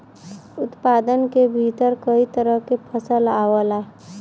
उत्पादन के भीतर कई तरह के फसल आवला